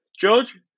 George